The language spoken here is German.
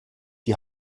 die